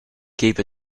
keep